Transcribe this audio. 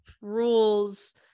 rules